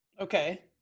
okay